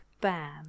bam